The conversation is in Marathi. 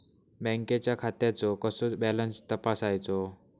बँकेच्या खात्याचो कसो बॅलन्स तपासायचो?